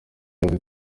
yavuze